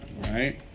right